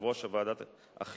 יושב-ראש ועדת החינוך,